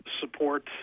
support